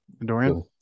Dorian